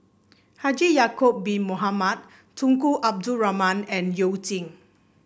Haji Ya'acob Bin Mohamed Tunku Abdul Rahman and You Jin